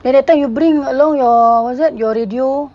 at that time you bring along your what's that your radio